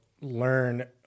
learn